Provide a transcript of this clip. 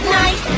night